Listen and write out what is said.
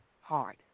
hard